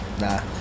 Nah